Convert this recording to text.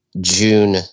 June